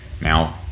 Now